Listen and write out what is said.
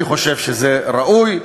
אני חושב שזה ראוי,